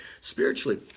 spiritually